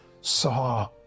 saw